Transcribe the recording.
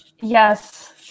yes